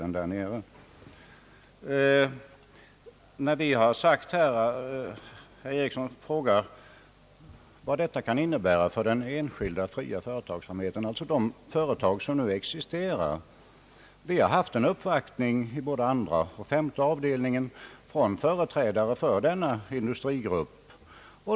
Herr Ericsson frågar vad detta kan innebära för den enskilda fria företagsamheten, alltså de företag som nu existerar. Vi har i både andra och femte avdelningen haft uppvaktning från företrädare för denna industrigrupp.